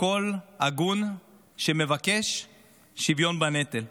קול הגון שמבקש שוויון בנטל.